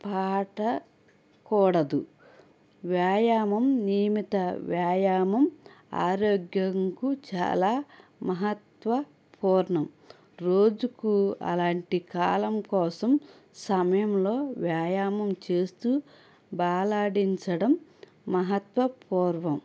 పాట కూడదు వ్యాయామం నియమిత వ్యాయామం ఆరోగ్యంకు చాలా మహత్వ పూర్ణం రోజుకు అలాంటి కాలం కోసం సమయంలో వ్యాయామం చేస్తూ బాలాడించడం మహాత్వ పూర్వం